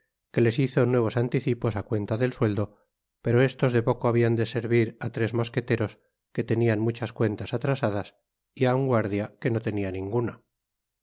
que les hizo nuevos anticipos á cuenta del sueldo pero estos de poco habian de servir á tres mosqueteros que tenian muchas cuentas atrasadas y á un guardia que no tenia ninguna